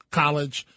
college